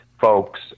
folks